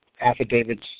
affidavits